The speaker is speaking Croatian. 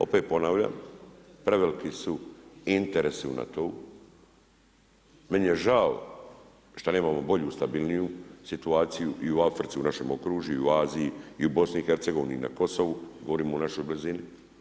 Opet ponavljam, preveliki su interesi u NATO-u. meni je žao šta nemamo bolju, stabilniju situaciju i u Africi u našem okružju i u Aziji i u BiH i na Kosovu, govorim u našoj blizini.